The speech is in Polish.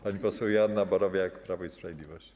Pani poseł Joanna Borowiak, Prawo i Sprawiedliwość.